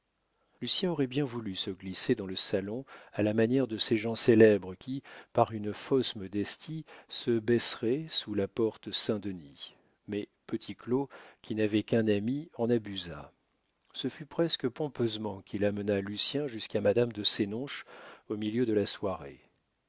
lucien aurait bien voulu se glisser dans le salon à la manière de ces gens célèbres qui par une fausse modestie se baisseraient sous la porte saint-denis mais petit claud qui n'avait qu'un ami en abusa ce fut presque pompeusement qu'il amena lucien jusqu'à madame de sénonches au milieu de la soirée